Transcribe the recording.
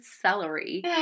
celery